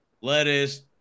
lettuce